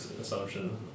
assumption